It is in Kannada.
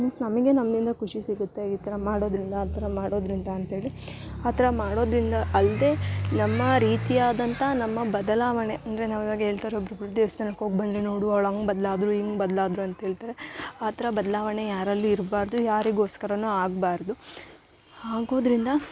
ಮಿನ್ಸ್ ನಮಗೆ ನಮ್ಮಿಂದ ಖುಷಿ ಸಿಗುತ್ತೆ ಈ ಥರ ಮಾಡೋದರಿಂದ ಆ ಥರ ಮಾಡೋದರಿಂದ ಅಂತೇಳಿ ಆ ಥರ ಮಾಡೋದರಿಂದ ಅಲ್ಲದೆ ನಮ್ಮ ರೀತಿಯಾದಂಥ ನಮ್ಮ ಬದಲಾವಣೆ ಅಂದರೆ ನಾವು ಇವಾಗ ಹೇಳ್ತಾ ಇರೋ ಒಬ್ರೊಬ್ರು ದೇವ್ಸ್ಥಾನಕ್ಕೆ ಹೋಗ್ಬಂದರೆ ನೋಡು ಅವ್ಳು ಹಂಗ್ ಬದ್ಲಾದರು ಹಿಂಗ್ ಬದ್ಲಾದರು ಅಂತೇಳ್ತಾರೆ ಆ ಥರ ಬದಲಾವಣೆ ಯಾರಲ್ಲಿ ಇರಬಾರ್ದು ಯಾರಿಗೋಸ್ಕರನೂ ಆಗಬಾರ್ದು ಆಗೋದ್ರಿಂದ